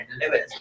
levels